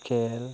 scale